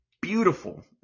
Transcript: beautiful